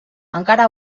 encara